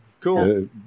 Cool